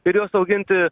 ir juos auginti